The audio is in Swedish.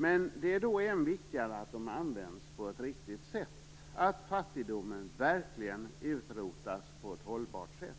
Men det är än viktigare att de används på ett riktigt sätt och att fattigdomen verkligen utrotas på ett hållbart sätt.